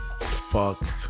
Fuck